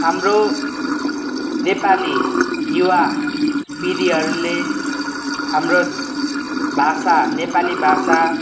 हाम्रो नेपाली युवा पिँढीहरूले हाम्रो भाषा नेपाली भाषा